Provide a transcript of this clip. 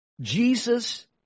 Jesus